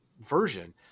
version